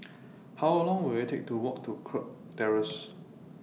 How Long Will IT Take to Walk to Kirk Terrace